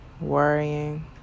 worrying